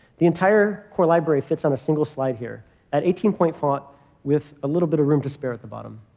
the entire core library fits on a single slide here at eighteen point font with a little bit of room to spare at the bottom.